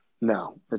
No